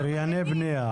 עברייני בניה.